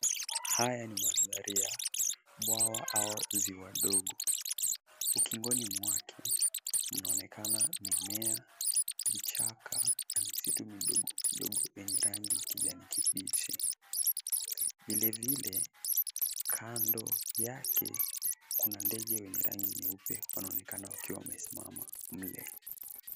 Haya ni mandhari ya bwawa au ziwa ndogo. Ukingoni mwake mnaonekana mimea, vichaka na misitu midogo midogo yenye rangi ya kijani kibichi. Vilevile kando yake kuna ndege wenye rangi nyeupe wanaonekana wakiwa wamesimama mle.